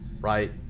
right